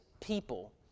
people